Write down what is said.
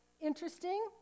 interesting